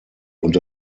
und